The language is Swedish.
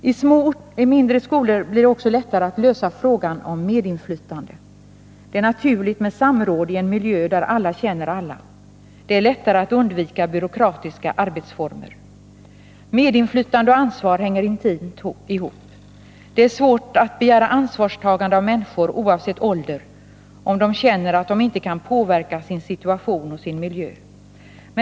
I mindre skolor blir det också lättare att lösa frågan om medinflytande. Det är naturligt med samråd i en miljö där alla känner alla. Det är lättare att undvika byråkratiska arbetsformer. Medinflytande och ansvar hänger intimt ihop. Det är svårt att begära ansvarstagande av människor oavsett ålder om de känner att de inte kan påverka sin situation och sin miljö.